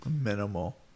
minimal